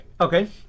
Okay